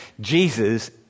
Jesus